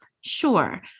Sure